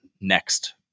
next